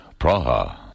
Praha